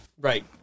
Right